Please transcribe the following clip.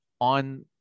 on